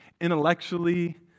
intellectually